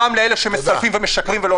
גם לאלו שמסלפים ומשקרים.